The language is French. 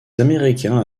américains